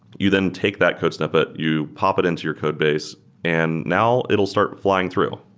you then take that code snippet, you pop it into your codebase and now it'll start flying through.